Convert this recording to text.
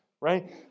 right